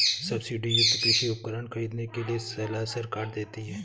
subsidy युक्त कृषि उपकरण खरीदने के लिए सलाह सरकार देती है